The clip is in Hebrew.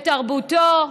בתרבותו,